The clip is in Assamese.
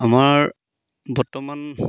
আমাৰ বৰ্তমান